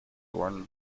worn